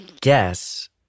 Guess